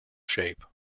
shape